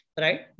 right